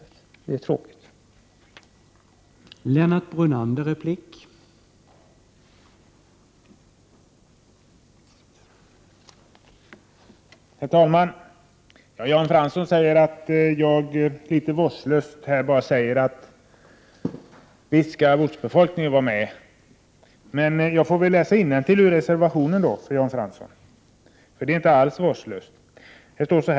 Det är tråkigt.